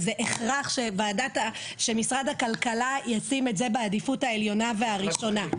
זה הכרחי שמשרד הכלכלה ישים את זה בעדיפות העליונה והראשונה.